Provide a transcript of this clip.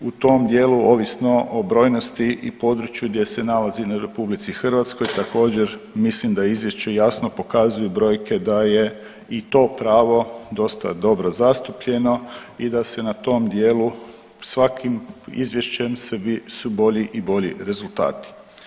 U tom dijelu, ovisno o brojnosti i području gdje se nalazi na RH također, mislim da je izvješće jasno pokazuju brojke da je i to pravo dosta dobro zastupljeno i da se na tom dijelu svakim izvješćem sve su bolji i bolji rezultati.